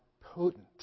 potent